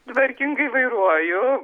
tvarkingai vairuoju